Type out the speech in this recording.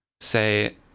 Say